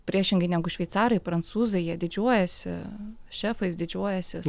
priešingai negu šveicarai prancūzai jie didžiuojasi šefais didžiuojasi